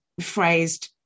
phrased